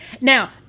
Now